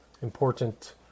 important